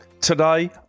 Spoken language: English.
today